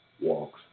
walks